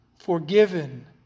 forgiven